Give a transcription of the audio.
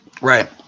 right